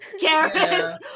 carrots